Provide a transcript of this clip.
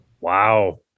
Wow